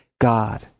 God